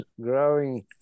growing